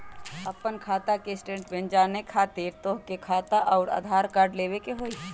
आपन खाता के स्टेटमेंट जाने खातिर तोहके खाता अऊर आधार कार्ड लबे के होइ?